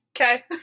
okay